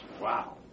Wow